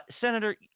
Senator